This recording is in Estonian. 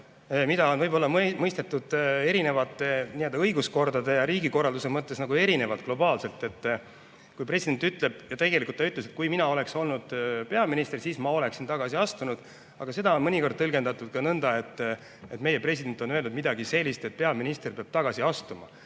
mida on võib-olla erinevate õiguskordade ja riigikorralduse mõttes globaalselt erinevalt mõistetud. Kui president ütleb, ja tegelikult ta ütles: kui mina oleksin olnud peaminister, siis ma oleksin tagasi astunud. Seda on mõnikord tõlgendatud ka nõnda, et meie president on öelnud midagi sellist, et peaminister peab tagasi astuma.